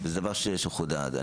זה דבר שחשוב לדעת.